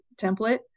template